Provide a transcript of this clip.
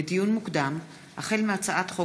לדיון מוקדם: החל בהצעת חוק